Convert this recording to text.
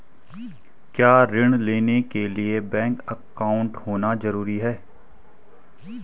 क्या ऋण लेने के लिए बैंक अकाउंट होना ज़रूरी है?